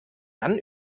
dann